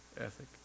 ethic